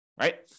right